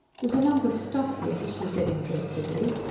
there's a lump of stuff here, she said interestedly.